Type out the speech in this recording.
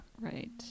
Right